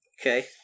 Okay